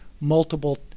multiple –